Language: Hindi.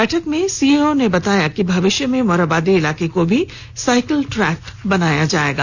बैठक में सीईओ ने बताया कि भविष्य में मोरहाबादी इलाके को भी साईकिल ट्रैक बनाया जाएगा